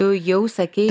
tu jau sakei